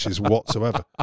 whatsoever